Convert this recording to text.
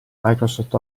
microsoft